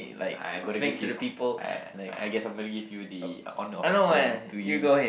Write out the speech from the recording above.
I've got to give you I I guess I'm gonna give you the on off explaining to you